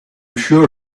sure